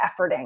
efforting